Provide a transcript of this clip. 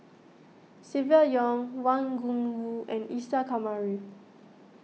Silvia Yong Wang Gungwu and Isa Kamari